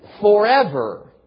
forever